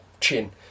chin